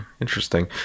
interesting